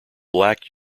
black